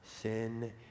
sin